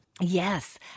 Yes